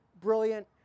Brilliant